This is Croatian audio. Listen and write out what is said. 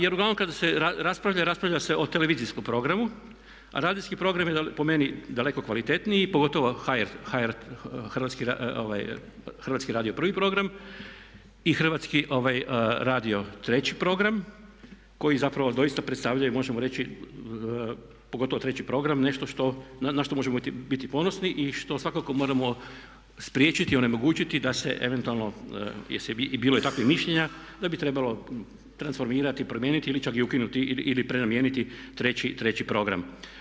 Jer uglavnom kada se raspravlja raspravlja se o televizijskom programu a radijski program je po meni daleko kvalitetniji pogotovo Hrvatski radio prvi program i Hrvatski radio treći program koji zapravo doista predstavljaju možemo reći, pogotovo treći program, na što možemo biti ponosni i što svakako moramo spriječiti i onemogućiti da se eventualno, i bilo je takvih mišljenja da bi trebalo transformirati, promijeniti ili čak i ukinuti ili prenamijeniti treći program.